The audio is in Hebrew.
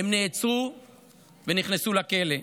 הם נעצרו ונכנסו לכלא.